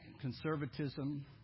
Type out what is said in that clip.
conservatism